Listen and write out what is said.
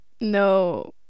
no